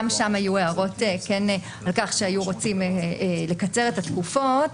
גם שם היו הערות על כך שהיו רוצים לקצר את התקופות,